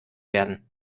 werden